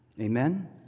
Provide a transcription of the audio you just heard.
Amen